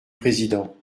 président